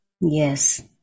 Yes